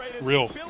Real